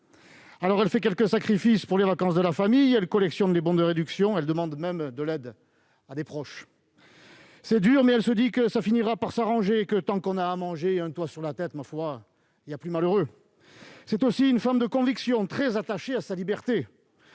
mois. Elle fait quelques sacrifices pour les vacances de la famille. Elle collectionne les bons de réduction. Elle demande même de l'aide à des proches. C'est dur, mais elle se dit que cela finira par s'arranger et que, tant que l'on à manger et un toit, il y a plus malheureux. C'est aussi une femme de conviction, très attachée à sa liberté.